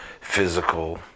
physical